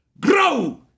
grow